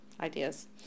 ideas